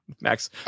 Max